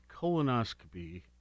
colonoscopy